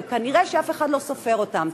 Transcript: וכנראה אף אחד לא סופר אותם.